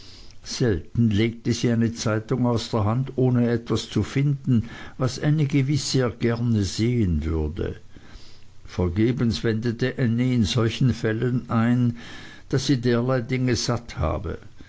selten legte sie eine zeitung aus der hand ohne etwas zu finden was ännie gewiß sehr gerne sehen würde vergebens wendete ännie in solchen fällen ein daß sie derlei dinge satt habe